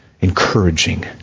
encouraging